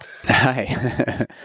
Hi